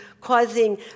causing